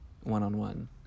one-on-one